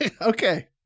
Okay